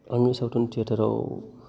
आङो सावथुन थियेटार आव